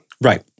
Right